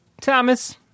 Thomas